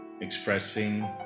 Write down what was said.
expressing